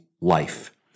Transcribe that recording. life